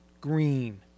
green